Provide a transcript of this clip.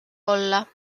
olla